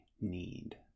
need